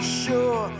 sure